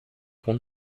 com